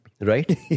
Right